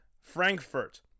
Frankfurt